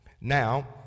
Now